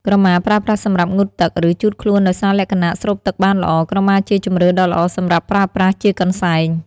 ក្រមាប្រើប្រាស់សម្រាប់ងូតទឹក ឬ ជូតខ្លួនដោយសារលក្ខណៈស្រូបទឹកបានល្អ ក្រមាជាជម្រើសដ៏ល្អសម្រាប់ប្រើប្រាស់ជាកន្សែង។